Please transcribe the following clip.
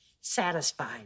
satisfied